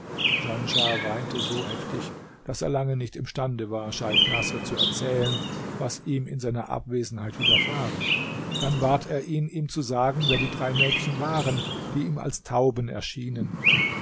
weinte so heftig daß er lange nicht imstande war scheich naßr zu erzählen was ihm in seiner abwesenheit widerfahren dann bat er ihn ihm zu sagen wer die drei mädchen waren die ihm als tauben erschienen